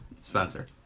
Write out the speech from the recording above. Spencer